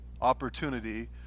opportunity